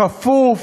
כפוף,